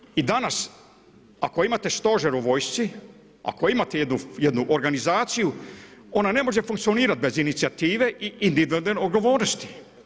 Inicijativu i danas ako imate stožer u vojsci, ako imate jednu organizaciju ona ne može funkcionirati bez inicijative i individualne odgovornosti.